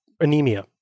anemia